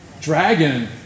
Dragon